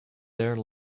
there